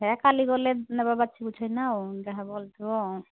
ହେ କାଲି ଗଲେ ନେବା ବାଛି ବୁଝେନା ଆଉ ଯାହା ବଳି ଥିବ ଆଉ